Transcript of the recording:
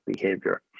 behavior